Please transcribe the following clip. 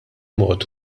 mod